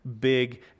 big